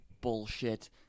bullshit